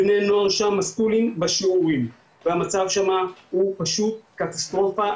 בני נוער שם מסטולים בשיעורים והמצב שם הוא פשוט קטסטרופה,